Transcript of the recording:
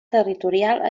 territorial